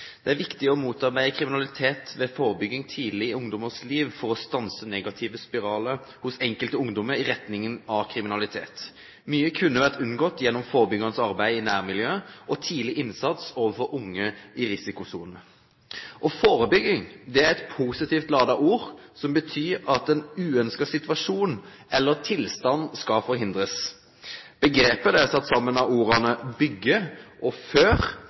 Det er viktig å motarbeide kriminalitet ved forebygging tidlig i ungdommers liv for å stanse negative spiraler hos enkelte ungdommer i retning av kriminalitet. Mye kunne vært unngått gjennom forebyggende arbeid i nærmiljøet og tidlig innsats overfor unge i risikosonen. Forebygging er et positivt ladet ord, som betyr at en uønsket situasjon eller tilstand skal forhindres. Begrepet er satt sammen av ordene «bygge» og